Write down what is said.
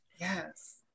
yes